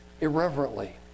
irreverently